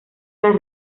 las